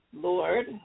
Lord